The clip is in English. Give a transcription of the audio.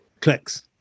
Clicks